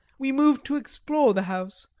we moved to explore the house,